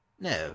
No